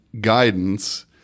guidance